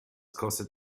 kostet